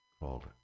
called